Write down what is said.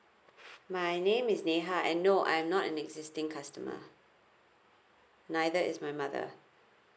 my name is neha and no I'm not an existing customer neither is my mother